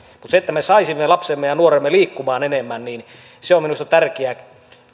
mutta se että me saisimme lapsemme ja nuoremme liikkumaan enemmän on minusta tärkeä